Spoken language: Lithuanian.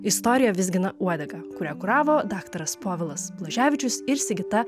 istorija vizgina uodegą kurią kuravo daktaras povilas blaževičius ir sigita